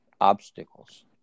obstacles